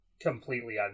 completely